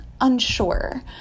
unsure